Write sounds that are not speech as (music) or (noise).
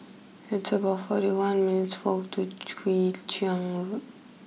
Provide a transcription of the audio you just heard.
it's about forty one minutes' walk to (unintelligible) Chian Road